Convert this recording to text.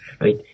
right